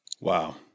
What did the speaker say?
Wow